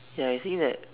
ya I feel that